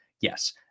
Yes